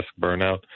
burnout